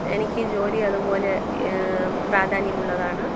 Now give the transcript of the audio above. എനിക്ക് ജോലി അതുപോലെ പ്രാധാന്യമുള്ളതാണ്